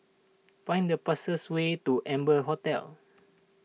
find the fastest way to Amber Hotel